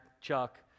Chuck